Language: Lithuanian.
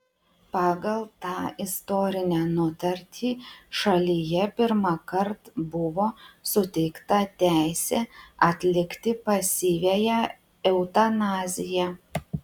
pagal tą istorinę nutartį šalyje pirmąkart buvo suteikta teisė atlikti pasyviąją eutanaziją